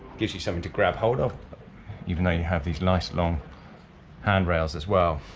gives you something to grab hold of even though you have these nice long handrails as well.